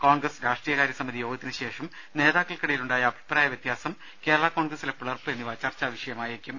കോൺഗ്രസ് രാഷ്ട്രീയ കാര്യ സമിതി യോഗത്തിനുശേഷം നേതാക്കൾക്കിടയിലുണ്ടായ അഭിപ്രായ വ്യത്യാസം കേരള കോൺഗ്രസിലെ പിളർപ്പ് എന്നിവ ചർച്ചാ വിഷയമായേക്കും